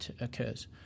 occurs